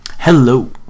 Hello